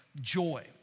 Joy